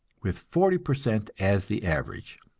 with forty per cent as the average.